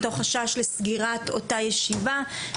מתוך חשש לסגירת אותה ישיבה,